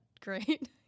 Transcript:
great